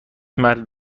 مرد